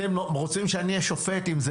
אתם רוצים שאני אהיה השופט האם זה